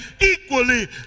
equally